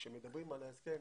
כשמדברים על ההסכם,